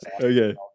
okay